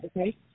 okay